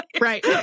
Right